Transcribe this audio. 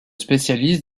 spécialise